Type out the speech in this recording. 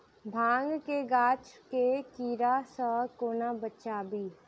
भांग केँ गाछ केँ कीड़ा सऽ कोना बचाबी?